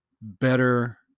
better